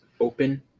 open